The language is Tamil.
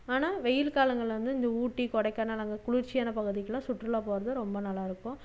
ஆனால் வெயில் காலங்கள்ல வந்து இந்த ஊட்டி கொடைக்கானல் அங்கே குளிர்ச்சியான பகுதிக்குலாம் சுற்றுலா போகிறது ரொம்ப நல்லாயிருக்கும்